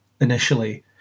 initially